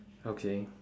okay